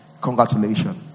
Congratulations